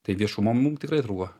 tai viešumo mum tikrai trūko